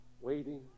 waiting